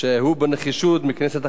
מניח על שולחן הכנסת את החוק.